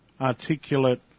articulate